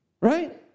Right